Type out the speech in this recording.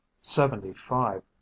seventy-five